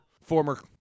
former